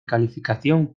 calificación